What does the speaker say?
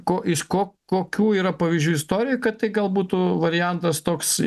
ko iš ko kokių yra pavyzdžių istorijoje kad tai gal būtų variantas toks